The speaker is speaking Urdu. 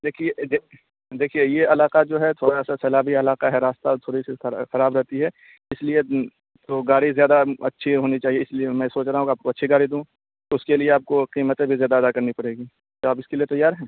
دیکھیے دیکھیے یہ علاقہ جو ہے تھوڑا سا سیلابی علاقہ ہے راستہ تھوڑی سی خراب رہتی ہے اس لیے تو گاڑی زیادہ اچھی ہونی چاہیے اس لیے میں سوچ رہا ہوں کہ آپ کو اچھی گاڑی دوں تو اس کے لیے آپ کو قیمتیں بھی زیادہ ادا کرنی پڑے گی تو آپ اس کے لیے تیار ہیں